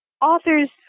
Authors